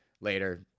later